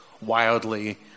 wildly